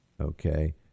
okay